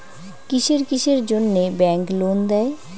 কিসের কিসের জন্যে ব্যাংক লোন দেয়?